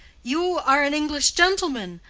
you are an english gentleman.